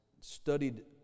studied